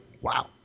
wow